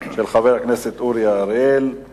טרומית בהצעתו של חבר הכנסת חמד עמאר ויש